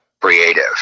creative